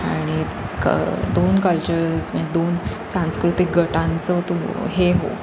आणिक दोन कल्चर्स मग दोन सांस्कृतिक गटांचं तो हे हो